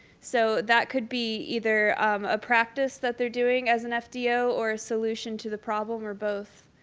so that could be either a practice that they're doing as an fdo or a solution to the problem or both